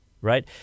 Right